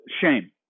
shame